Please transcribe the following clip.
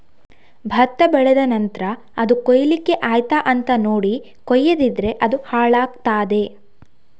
ಭತ್ತ ಬೆಳೆದ ನಂತ್ರ ಅದು ಕೊಯ್ಲಿಕ್ಕೆ ಆಯ್ತಾ ಅಂತ ನೋಡಿ ಕೊಯ್ಯದಿದ್ರೆ ಅದು ಹಾಳಾಗ್ತಾದೆ